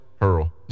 Hurl